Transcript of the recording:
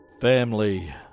Family